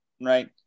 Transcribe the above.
right